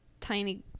tiny